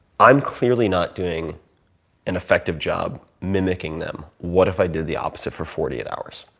i'm clearly not doing an effective job mimicking them. what if i did the opposite for forty eight hours?